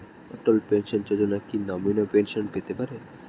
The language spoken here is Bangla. অটল পেনশন যোজনা কি নমনীয় পেনশন পেতে পারে?